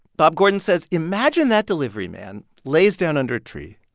bob gordon says imagine that delivery man lays down under a tree,